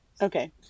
Okay